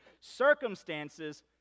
Circumstances